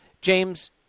James